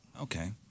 Okay